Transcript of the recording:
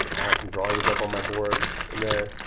i have some drawings up on my board in there.